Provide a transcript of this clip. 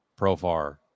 profar